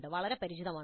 ഇത് വളരെ പരിചിതമാണ്